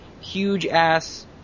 huge-ass